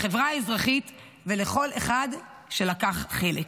לחברה האזרחית ולכל אחד שלקח חלק.